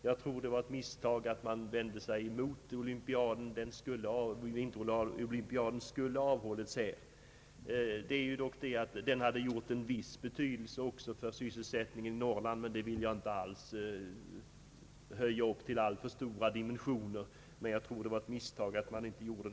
Jag tror att det var ett misstag att regeringen inte tog fasta på den möjlighet som fanns att hålla olympiaden i vårt land. Den skulle säkert också ha betytt en del för sysselsättningen i Norrland, men det är en sak som jag inte vill ge alltför stora proportioner. När det gäller turismen har alltför litet gjorts.